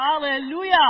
hallelujah